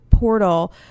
portal